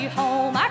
home